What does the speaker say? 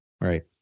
Right